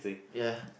ya